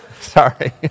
sorry